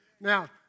Now